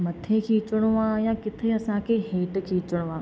मथे खिचिणो आहे या किथे असांखे हेठि खिचिणो आहे